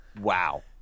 Wow